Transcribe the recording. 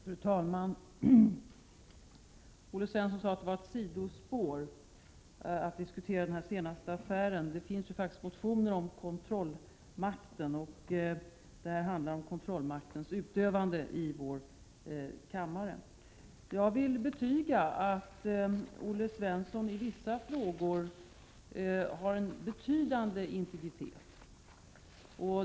Fru talman! Olle Svensson sade att det skulle vara ett sidospår att diskutera den senaste s.k. affären. Det finns dock motioner om kontrollmakten, och denna fråga handlar om kontrollmaktens utövande. Jag vill intyga att Olle Svensson i vissa frågor har en betydande integritet.